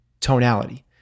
tonality